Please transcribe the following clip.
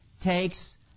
takes